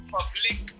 Public